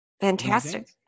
Fantastic